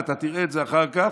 ואתה תראה את זה אחר כך,